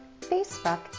Facebook